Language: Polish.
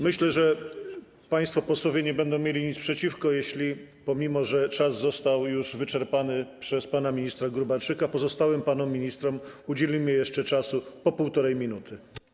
Myślę, że państwo posłowie nie będą mieli nic przeciwko, jeśli pomimo że czas został już wyczerpany przez pana ministra Gróbarczyka, pozostałym panom ministrom udzielimy jeszcze czasu po 1,5 minuty.